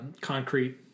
concrete